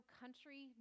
country